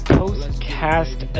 post-cast